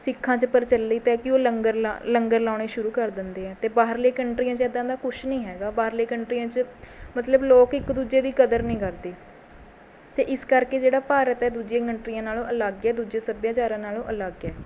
ਸਿੱਖਾਂ 'ਚ ਪ੍ਰਚਲਿਤ ਹੈ ਕਿ ਉਹ ਲੰਗਰ ਲਗਾ ਲੰਗਰ ਲਾਉਣੇ ਸ਼ੁਰੂ ਕਰ ਦਿੰਦੇ ਹੈ ਅਤੇ ਬਾਹਰਲੇ ਕੰਟਰੀਆਂ 'ਚ ਇੱਦਾਂ ਦਾ ਕੁਝ ਨਹੀਂ ਹੈਗਾ ਬਾਹਰਲੀ ਕੰਟਰੀਆਂ 'ਚ ਮਤਲਬ ਲੋਕ ਇੱਕ ਦੂਜੇ ਦੀ ਕਦਰ ਨਹੀਂ ਕਰਦੇ ਅਤੇ ਇਸ ਕਰਕੇ ਜਿਹੜਾ ਭਾਰਤ ਹੈ ਦੂਜੀਆਂ ਕੰਟਰੀਆਂ ਨਾਲੋਂ ਅਲੱਗ ਹੈ ਦੂਜੇ ਸੱਭਿਆਚਾਰਾਂ ਨਾਲੋਂ ਅਲੱਗ ਹੈ